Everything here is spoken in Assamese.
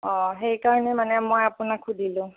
অঁ সেইকাৰণে মানে মই আপোনাক সুধিলোঁ